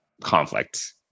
conflict